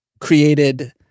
created